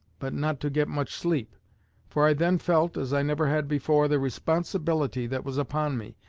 but not to get much sleep for i then felt, as i never had before, the responsibility that was upon me.